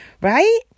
right